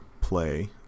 play